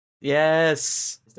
yes